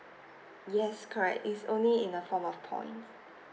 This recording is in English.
yes correct it's only in a form of point